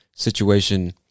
Situation